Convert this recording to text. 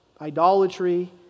idolatry